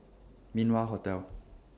Min Wah Hotel